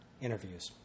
interviews